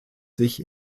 sich